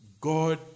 God